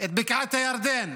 את בקעת הירדן.